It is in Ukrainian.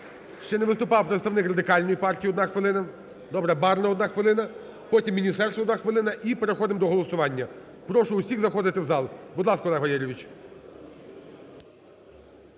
ще не виступав представник Радикальної партії, одна хвилина. Добре, Барна, одна хвилина, потім міністерство одна хвилина і переходимо до голосування, прошу всіх заходити в зал. Будь ласка, Олег Валерійович.